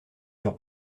dure